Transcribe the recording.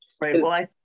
right